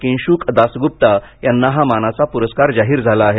किंशुक दासगुप्ता यांना हा मानाचा पुरस्कार जाहीर झाला आहे